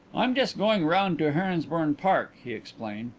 i'm just going round to heronsbourne park, he explained.